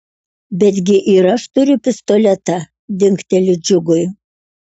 betgi ir aš turiu pistoletą dingteli džiugui